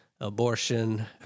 abortion